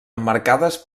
emmarcades